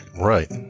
right